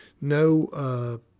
no